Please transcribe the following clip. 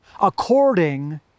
according